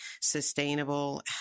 sustainable